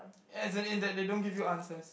as in that they don't give you answers